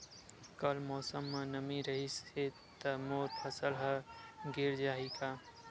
कल मौसम म नमी रहिस हे त मोर फसल ह गिर जाही का?